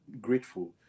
grateful